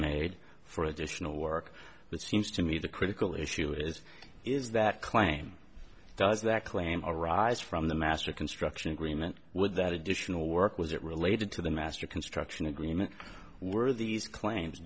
made for additional work but seems to me the critical issue is is that claim does that claim arise from the master construction agreement with that additional work was it related to the master construction agreement were these claims